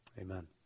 Amen